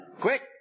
Quick